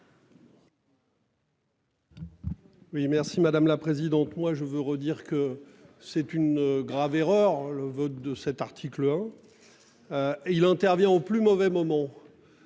merci madame la présidente, moi je veux redire que c'est une grave erreur. Le vote de cet article hein. Il intervient au plus mauvais moment.